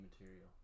material